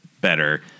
better